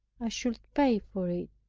i should pay for it.